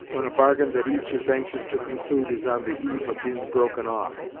when a bargain that each is anxious to conclude is on the eve of being broken off,